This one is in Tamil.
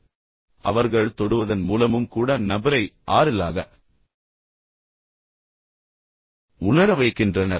எனவே அவர்கள் தொடுவதன் மூலமும் கூட நபரை ஆறுதலாக உணர வைக்கின்றனர்